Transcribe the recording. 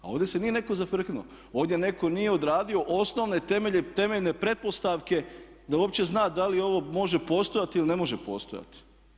A ovdje se nije netko zafrknuo, ovdje netko nije odradio osnovne temeljne pretpostavke da uopće zna da li ovo može postojati ili ne može postojati.